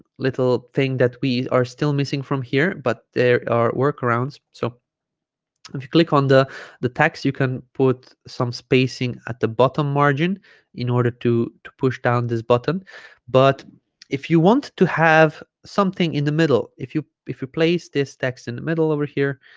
little thing that we are still missing from here but there are workarounds so if you click on the the text you can put some spacing at the bottom margin in order to to push down this button but if you want to have something in the middle if you if you place this text in the middle over here